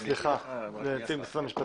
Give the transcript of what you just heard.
סליחה מנציג משרד המשפטים.